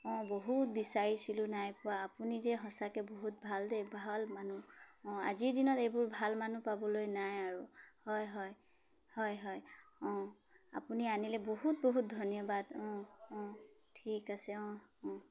অঁ বহুত বিচাৰিছিলোঁ নাইপোৱা আপুনি যে সঁচাকৈ বহুত ভাল দেই ভাল মানুহ অঁ আজিৰ দিনত এইবোৰ ভাল মানুহ পাবলৈ নাই আৰু হয় হয় হয় হয় অঁ আপুনি আনিলে বহুত বহুত ধন্যবাদ অঁ অঁ ঠিক আছে অঁ অঁ